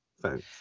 thanks